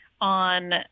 on